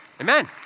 Amen